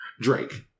Drake